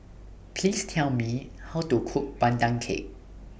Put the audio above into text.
Please Tell Me How to Cook Pandan Cake